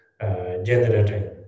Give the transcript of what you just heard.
generating